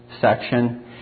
section